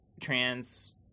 Trans